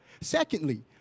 Secondly